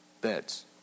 beds